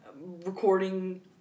recording